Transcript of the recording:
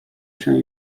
się